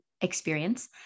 experience